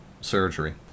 surgery